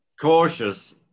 cautious